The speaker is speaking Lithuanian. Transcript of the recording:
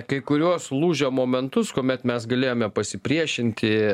kai kuriuos lūžio momentus kuomet mes galėjome pasipriešinti